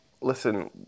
listen